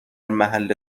محل